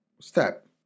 step